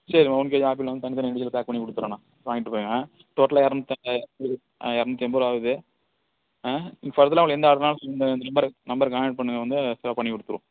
சரிம்மா one KG apple வந்து தனி தனியாக இண்டிஜுவலாக பேக் பண்ணி கொடுத்துட்றேன் நான் வாங்கிகிட்டு போயிவிடுங்க டோட்டல்லாக இரநூத்து எண்பது ஆ இரநூத்து எண்பதுருவா ஆகுது ஆ ஃபர்தராக உங்களுக்கு எந்த ஆர்டர் வேணுனாலும் சொல்லுங்கள் இந்த இந்த நம்பரு நம்பருக்கு கான்டெக்ட் பண்ணுங்கள் வந்து பெஸ்ட்டாக பண்ணிக்கொடுத்துருவோம்